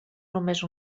només